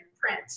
print